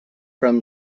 from